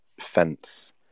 fence